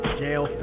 jail